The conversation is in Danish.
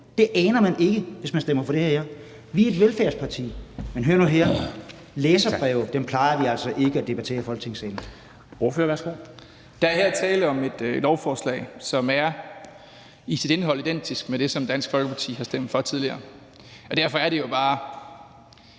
Det aner man ikke, hvis man stemmer for det her. Vi er et velfærdsparti, men hør nu her: Læserbreve plejer vi altså ikke at debattere i Folketingssalen.